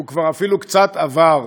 הוא כבר אפילו קצת עבר.